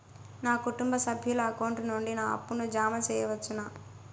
నా కుటుంబ సభ్యుల అకౌంట్ నుండి నా అప్పును జామ సెయవచ్చునా?